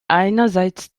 einerseits